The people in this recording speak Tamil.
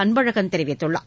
அன்பழகன் தெரிவித்துள்ளார்